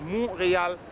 Montréal